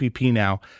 now